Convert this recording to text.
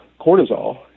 cortisol